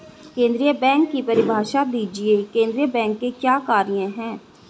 केंद्रीय बैंक की परिभाषा दीजिए केंद्रीय बैंक के क्या कार्य हैं?